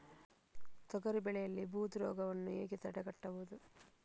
ತೊಗರಿ ಬೆಳೆಯಲ್ಲಿ ಬೂದು ರೋಗವನ್ನು ಹೇಗೆ ತಡೆಗಟ್ಟಬಹುದು?